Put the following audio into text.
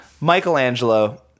Michelangelo